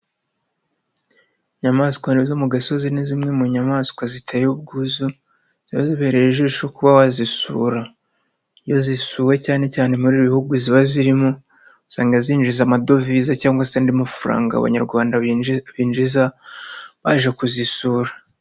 Inyamaswa zo mu gasozi ni zimwe mu nyamaswa ziteye ubwuzu, ziba zibereye ijisho kuba wazisura, iyozisuwe cyane cyane muri ibi bihugu ziba zirimo, usanga zinjiza amadovize cyangwa se andi mafaranga, abanyarwanda binjiza baje kuzisura.